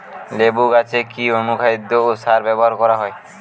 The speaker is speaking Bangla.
লেবু গাছে কি অনুখাদ্য ও সার ব্যবহার করা হয়?